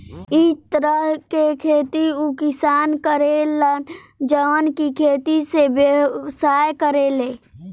इ तरह के खेती उ किसान करे लन जवन की खेती से व्यवसाय करेले